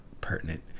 pertinent